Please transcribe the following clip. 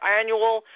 annual